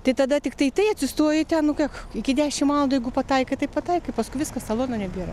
tai tada tiktai tai atsistoji ten nu kiek iki dešim valandų jeigu pataikai tai pataikai paskui viskas talonų nebėra